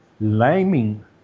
laming